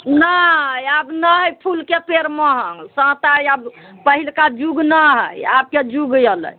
नहि आब नहि फूलके पेड़ महग सभटा अब पहिलका जुग नहि है आबके जुग एलै